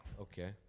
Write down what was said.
Okay